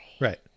Right